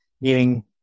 meaning